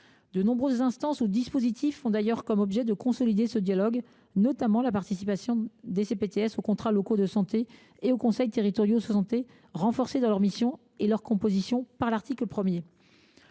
De nombreux dispositifs et instances ont d’ailleurs comme objet de consolider ce dialogue, notamment la participation des CPTS aux contrats locaux de santé et aux conseils territoriaux de santé renforcés dans leur mission et leur composition par l’article 1.